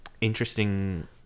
interesting